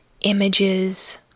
images